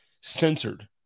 centered